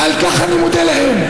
ועל כך אני מודה להם.